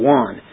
one